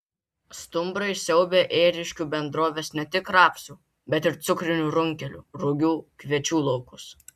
stumbrai siaubia ėriškių bendrovės ne tik rapsų bet ir cukrinių runkelių rugių kviečių laukus